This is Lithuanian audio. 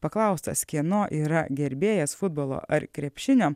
paklaustas kieno yra gerbėjas futbolo ar krepšinio